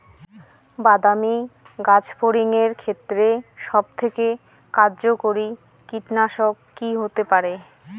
বাদামী গাছফড়িঙের ক্ষেত্রে সবথেকে কার্যকরী কীটনাশক কি হতে পারে?